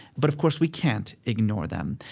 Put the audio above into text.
but of course, we can't ignore them.